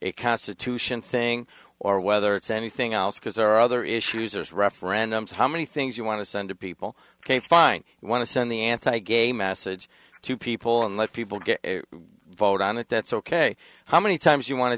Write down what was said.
a constitution thing or whether it's anything else because there are other issues as referendums how many things you want to send to people ok fine you want to send the anti gay message to people and let people get a vote on it that's ok how many times you want to